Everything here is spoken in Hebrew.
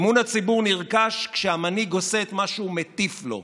אמון הציבור נרכש כשהמנהיג עושה את מה שהוא מטיף לו.